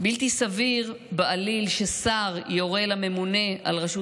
בלתי סביר בעליל ששר יורה לממונה על רשות